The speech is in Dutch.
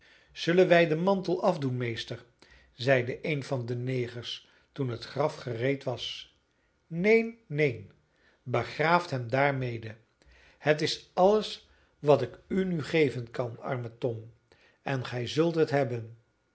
zullen wij den mantel afdoen meester zeide een van de negers toen het graf gereed was neen neen begraaft hem daarmede het is alles wat ik u nu geven kan arme tom en gij zult het hebben